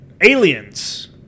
aliens